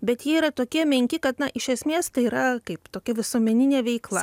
bet jie yra tokie menki kad na iš esmės tai yra kaip tokia visuomeninė veikla